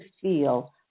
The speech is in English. feel